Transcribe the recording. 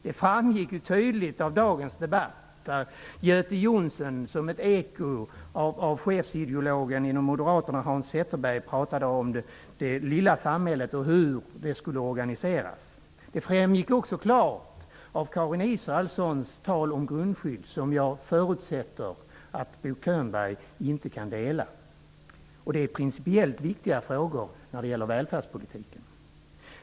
Det framgick tydligt av dagens debatt, där Göte Jonsson som ett eko av chefsideologen inom Moderaterna, Hans Zetterberg, pratade om det lilla samhället och hur det skulle organiseras. Det framgick också klart av Karin Israelssons tal om grundskydd, som jag förutsätter att Bo Könberg inte kan instämma i. Detta är principiellt viktiga frågor när det gäller välfärdspolitiken.